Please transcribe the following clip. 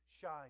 shine